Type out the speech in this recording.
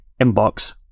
inbox